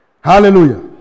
Hallelujah